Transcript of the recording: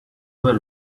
were